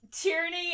Tyranny